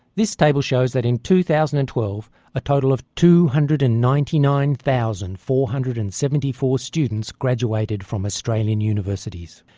this table shows that in two thousand and twelve a total of two hundred and ninety nine thousand four hundred and seventy four students graduated from australian universities,